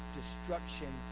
destruction